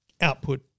output